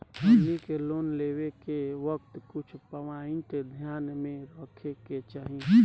हमनी के लोन लेवे के वक्त कुछ प्वाइंट ध्यान में रखे के चाही